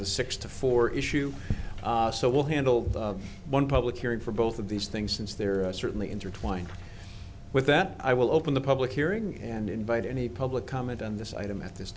the six to four issue so we'll handle one public hearing for both of these things since there are certainly intertwined with that i will open the public hearing and invite any public comment on this item at this